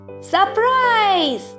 surprise